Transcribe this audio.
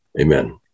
Amen